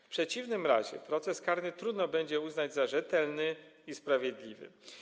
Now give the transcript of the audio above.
W przeciwnym razie proces karny trudno będzie uznać za rzetelny i sprawiedliwy.